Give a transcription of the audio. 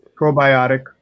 Probiotic